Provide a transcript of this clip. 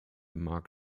mark